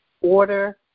Order